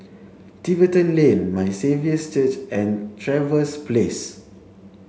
Tiverton Lane My Saviour's Church and Trevose Place